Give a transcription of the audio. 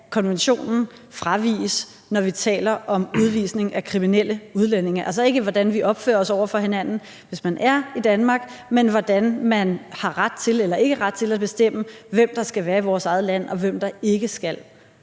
at konventionen fraviges, når vi taler om udvisning af kriminelle udlændinge – altså ikke, hvordan vi opfører os over for hinanden, hvis man er i Danmark, men hvordan man har ret til eller ikke ret til at bestemme, hvem der skal være i vores eget land, og hvem der ikke skal.